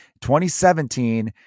2017